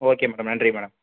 okay madam நன்றி madam